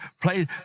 Play